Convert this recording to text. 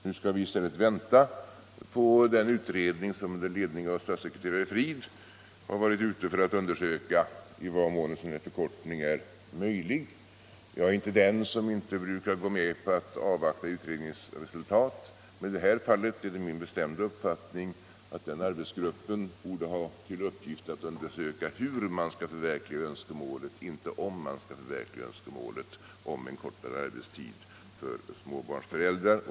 Nu skall vi i stället vänta på den utredning som under ledning av statssekreterare Fridh skall undersöka i vad mån en sådan här arbetstidsförkortning är möjlig. Jag är inte den som inte brukar gå med på att avvakta utredningsresultat, men i det här fallet är det min bestämda uppfattning att arbetsgruppen borde ha till uppgift att undersöka hur man skall förverkliga önskemålet och inte om man skall förverkliga önskemålet om en kortare arbetstid för småbarnsföräldrar.